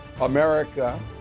America